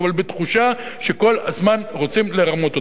אבל בתחושה שכל הזמן רוצים לרמות אותם.